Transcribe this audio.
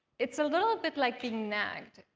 it's a little bit like being nagged.